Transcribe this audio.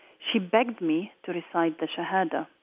she begged me to recite the shahada,